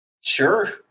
Sure